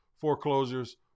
foreclosures